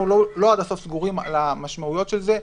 אנחנו לא עד הסוף סגורים על המשמעויות של זה.